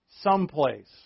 Someplace